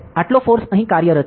આટલો ફોર્સ અહીં કાર્યરત છે